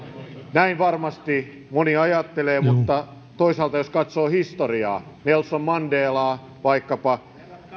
näin varmasti moni ajattelee mutta toisaalta jos katsoo historiaa nelson mandelaa vaikkapa